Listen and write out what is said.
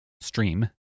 stream